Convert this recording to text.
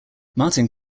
martin